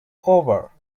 over